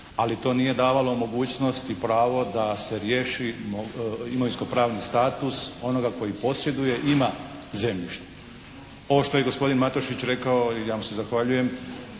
Ali to nije davalo mogućnost i pravo da se riješi imovinsko-pravni status onoga koji posjeduje, ima zemljište. Ovo što je gospodin Matušić rekao i ja mu se zahvaljujem,